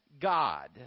God